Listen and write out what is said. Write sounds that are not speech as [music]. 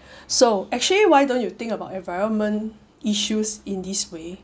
[breath] so actually why don't you think about environment issues in this way